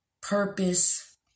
Purpose